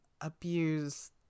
abuse